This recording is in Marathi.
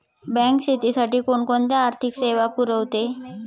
बँक शेतीसाठी कोणकोणत्या आर्थिक सेवा पुरवते?